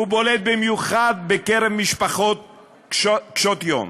הוא בולט במיוחד בקרב משפחות קשות-יום.